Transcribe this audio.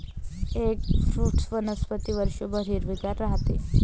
eggfruit वनस्पती वर्षभर हिरवेगार राहते